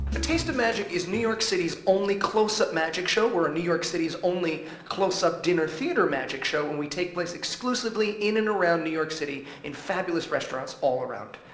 a taste of magic is new york city's only close up magic show. we're new york city's only close up dinner theater magic show. and we take place exclusively in and around new york city in fabulous restaurants all around.